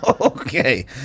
Okay